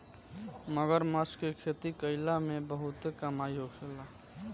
मगरमच्छ के खेती कईला में बहुते कमाई होखेला